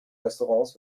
restaurants